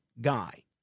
guy